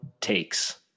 takes